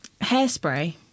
Hairspray